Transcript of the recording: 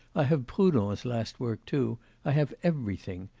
i have proudhon's last work, too i have everything.